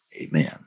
Amen